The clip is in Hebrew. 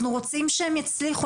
אנחנו רוצים שהם יצליחו.